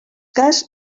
cas